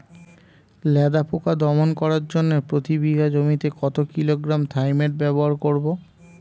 লেদা পোকা দমন করার জন্য প্রতি বিঘা জমিতে কত কিলোগ্রাম থাইমেট ব্যবহার করব?